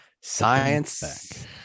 science